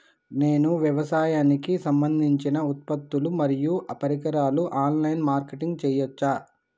నేను వ్యవసాయానికి సంబంధించిన ఉత్పత్తులు మరియు పరికరాలు ఆన్ లైన్ మార్కెటింగ్ చేయచ్చా?